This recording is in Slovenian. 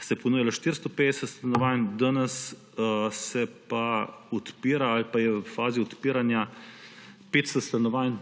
se bo ponujalo 450 stanovanj. Danes se pa odpira ali pa je v fazi odpiranja 500 stanovanj